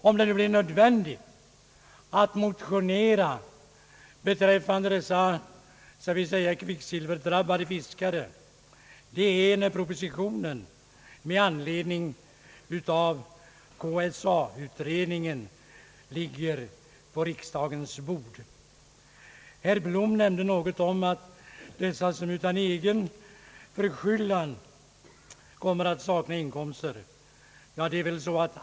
Om det blir nödvändigt att motionera beträffande dessa kvicksilverdrabbade fiskare, om jag så får säga, är rätta tiden när propositionen med anledning av KSA-utredningen ligger på riksdagens bord. Herr Blom nämnde något om dessa som utan egen förskyllan kommit att sakna inkomster.